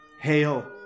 Hail